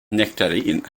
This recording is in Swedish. nektarin